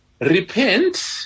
repent